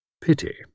Pity